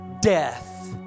death